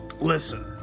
Listen